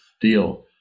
deal